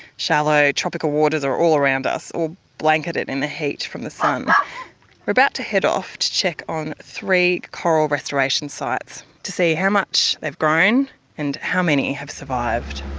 shallow tropical waters are all around us, all blanketed in the heat from the sun. we are about to head off to check on three coral restoration sites to see how much they've grown and how many have survived.